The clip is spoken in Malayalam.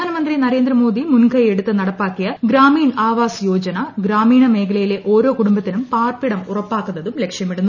പ്രധാനമന്ത്രി നരേന്ദ്രമോദി മുൻകൈ എടുത്ത് നടപ്പാക്കിയ ഗ്രാമീണ ആവാസ് യോജന ഗ്രാമീണ മേഖലയിലെ ഓരോ കുടുംബത്തിനും പാർപ്പിടം ഉറപ്പാക്കുന്നതും ലക്ഷ്യമിടുന്നു